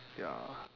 ya